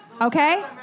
Okay